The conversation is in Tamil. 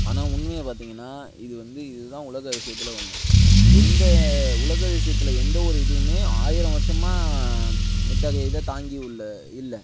ஆனால் உண்மையாக பார்த்தீங்கன்னா இது வந்து இது தான் உலக அதிசயத்தில் ஒன்று எந்த உலக அதிசயத்தில் எந்த ஒரு இதுவுமே ஆயிரம் வர்ஷமா இத்தகைய இதை தாங்கி உள்ள இல்லை